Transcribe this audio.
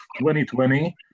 2020